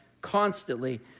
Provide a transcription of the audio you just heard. constantly